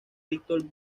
victor